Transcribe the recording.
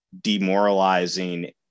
demoralizing